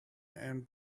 and